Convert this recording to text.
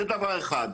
זה דבר אחד.